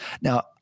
Now